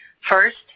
First